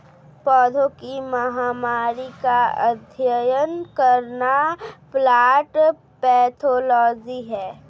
पौधों की महामारी का अध्ययन करना प्लांट पैथोलॉजी है